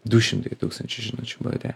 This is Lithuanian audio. du šimtai tūkstančių žinučių buvo atėję